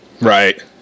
right